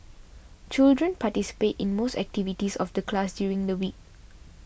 children participate in most activities of the class during the week